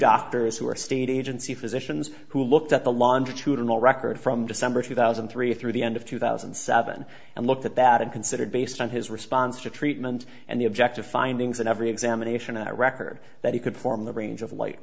doctors who are state agency physicians who looked at the laundry chute and all records from december two thousand and three through the end of two thousand and seven and looked at that and considered based on his response to treatment and the objective findings and every examination i record that he could perform the range of light